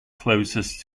closest